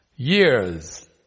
Years